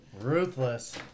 Ruthless